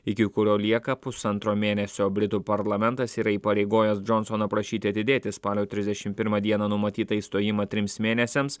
iki kurio lieka pusantro mėnesio britų parlamentas yra įpareigojęs džonsono prašyti atidėti spalio trisdešimt pirmą dieną numatytą išstojimą trims mėnesiams